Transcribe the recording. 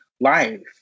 life